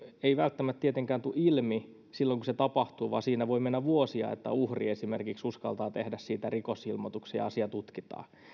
ei välttämättä tietenkään tule ilmi silloin kun se tapahtuu vaan siinä voi mennä vuosia että uhri esimerkiksi uskaltaa tehdä siitä rikosilmoituksen ja asia tutkitaan